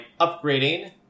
upgrading